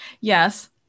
Yes